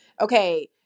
okay